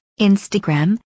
Instagram